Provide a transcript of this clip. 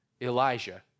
Elijah